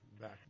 back